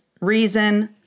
reason